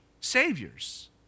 saviors